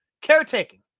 caretaking